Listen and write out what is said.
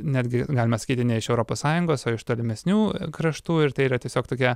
netgi galima sakyti ne iš europos sąjungos o iš tolimesnių kraštų ir tai yra tiesiog tokia